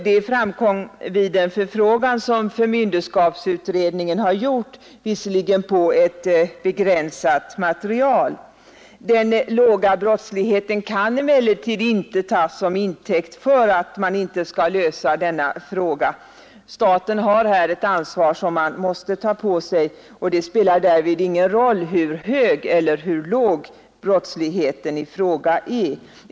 Det framkom vid en förfrågan som förmynderskapsutredningen har gjort, visserligen på ett begränsat material. Den låga brottsligheten kan emellertid inte tas som intäkt för att man inte skall lösa denna fråga. Staten har här ett ansvar som den måste ta på sig. Det spelar därvid ingen roll hur hög eller låg brottsligheten är.